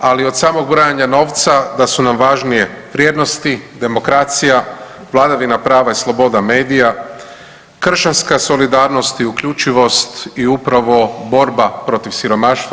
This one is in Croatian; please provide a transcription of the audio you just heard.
Ali od samog brojanja novca da su nam važnije vrijednosti, demokracija, vladavina prava i sloboda medija, kršćanska solidarnost i uključivost i upravo borba protiv siromaštva.